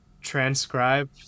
transcribe